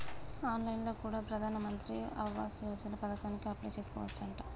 on line లో కూడా ప్రధాన్ మంత్రి ఆవాస్ యోజన పథకానికి అప్లై చేసుకోవచ్చునంట